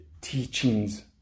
teachings